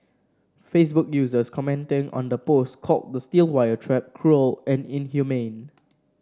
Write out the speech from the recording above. Facebook users commenting on the post called the steel wire trap cruel and inhumane